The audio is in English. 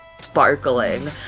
sparkling